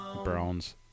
Browns